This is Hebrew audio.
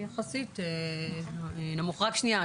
רק שנייה.